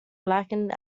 blackened